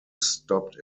stopped